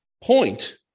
point